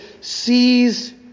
sees